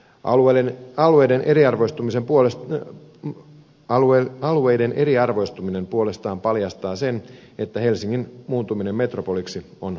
alueiden alueiden eriarvoistumisen puolesta ja alueen alueiden eriarvoistuminen puolestaan paljastaa sen että helsingin muuntuminen metropoliksi on alkanut